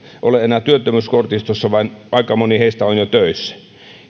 ole enää työttömyyskortistossa vaan aika moni heistä on jo töissä